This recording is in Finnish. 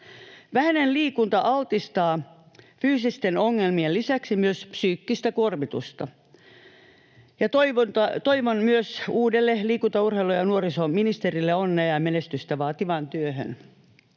Vähäinen liikunta altistaa fyysisten ongelmien lisäksi myös psyykkiselle kuormitukselle. Toivon myös uudelle liikunta-, urheilu- ja nuorisoministerille onnea ja menestystä vaativaan työhön.